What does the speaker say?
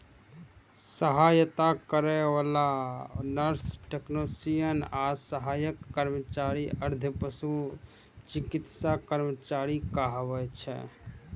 सहायता करै बला नर्स, टेक्नेशियन आ सहायक कर्मचारी अर्ध पशु चिकित्सा कर्मचारी कहाबै छै